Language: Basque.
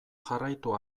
jarraitu